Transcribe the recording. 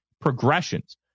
progressions